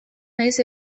noiz